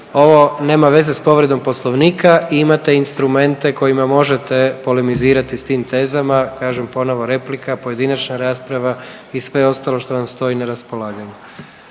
Ovo nema veze s povredom Poslovnika i imate instrumente kojima možete polemizirati s tim tezama. Kažem ponovo replika, pojedinačna rasprava i sve ostalo što vam stoji na raspolaganju.